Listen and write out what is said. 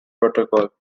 protocol